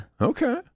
okay